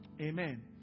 Amen